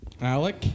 Alec